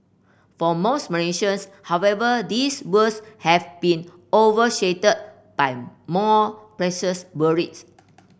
for most Malaysians however these woes have been overshadowed by more worries